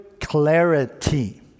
Clarity